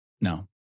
No